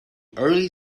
early